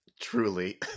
truly